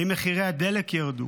האם מחירי הדלק ירדו?